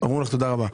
אמרו לך תודה רבה.